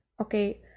okay